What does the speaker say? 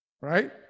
right